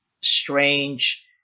strange